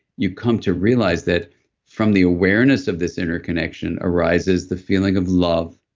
you come to realize that from the awareness of this interconnection arises the feeling of love,